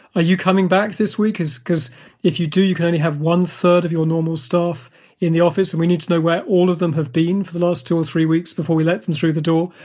are you coming back this week? because if you do, you can only have one-third of your normal staff in the office. and we need to know where all of them have been for the last two or three weeks before we let them through the door.